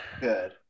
Good